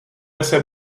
jsem